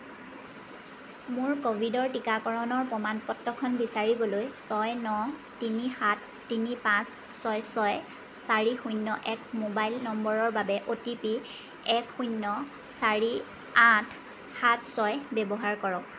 মোৰ ক'ভিডৰ টীকাকৰণৰ প্ৰমাণ পত্ৰখন বিচাৰিবলৈ ছয় ন তিনি সাত তিনি পাঁচ ছয় ছয় চাৰি শূন্য এক মোবাইল নম্বৰৰ বাবে অ'টিপি এক শূন্য চাৰি আঠ সাত ছয় ব্যৱহাৰ কৰক